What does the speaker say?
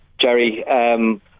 Jerry